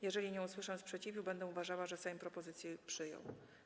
Jeżeli nie usłyszę sprzeciwu, będę uważała, że Sejm propozycję przyjął.